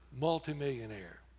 multimillionaire